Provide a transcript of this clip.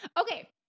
Okay